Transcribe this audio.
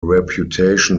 reputation